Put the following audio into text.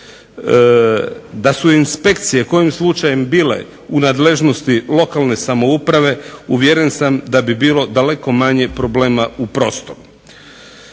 DA su inspekcije kojim slučajem bile u nadležnosti lokalne samouprave uvjeren sam da bi bilo daleko manje problema u prostoru.